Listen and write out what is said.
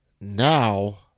now